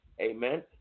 Amen